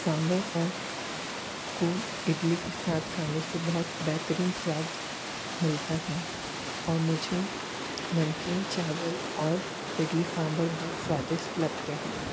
सांभर और को इडली के साथ खाने से बहुत बेहतरीन स्वाद मिलता है और मुझे नमकीन चावल और इडली सांभर बहुत स्वादिष्ट लगते हैं